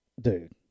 Dude